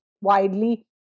widely